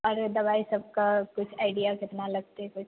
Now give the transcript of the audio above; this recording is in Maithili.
आओर दबाइ सबके किछु आइडिया कितना लगतै किछु